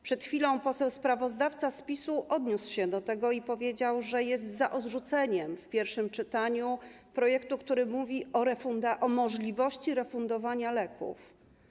Przed chwilą poseł sprawozdawca z PiS-u odniósł się do tego i powiedział, że jest za odrzuceniem w pierwszym czytaniu projektu, który mówi o możliwości refundowania leków.